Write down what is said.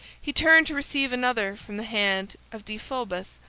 he turned to receive another from the hand of deiphobus,